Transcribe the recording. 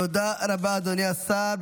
תודה רבה, אדוני השר.